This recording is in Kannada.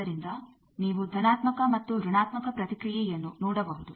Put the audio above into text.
ಆದ್ದರಿಂದ ನೀವು ಧನಾತ್ಮಕ ಮತ್ತು ಋಣಾತ್ಮಕ ಪ್ರತಿಕ್ರಿಯೆಯನ್ನು ನೋಡಬಹುದು